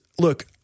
look